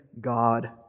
God